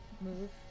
move